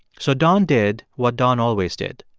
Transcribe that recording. so don did what don always did.